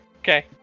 Okay